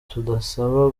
tubasaba